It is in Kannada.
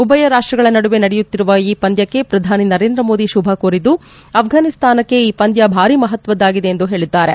ಉಭಯ ರಾಷ್ಟಗಳ ನಡುವೆ ನಡೆಯುತ್ತಿರುವ ಈ ಪಂದ್ವಕ್ಕೆ ಪ್ರಧಾನಿ ನರೇಂದ್ರಮೋದಿ ಶುಭ ಕೋರಿದ್ದು ಅಪ್ರಾನಿಸ್ತಾನಕ್ಕೆ ಈ ಪಂದ್ವ ಭಾರಿ ಮಹತ್ವದ್ದಾಗಿದೆ ಎಂದು ಹೇಳಿದ್ದಾರೆ